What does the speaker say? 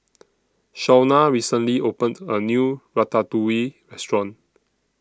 Shaunna recently opened A New Ratatouille Restaurant